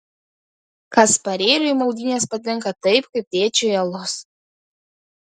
kasparėliui maudynės patinka taip kaip tėčiui alus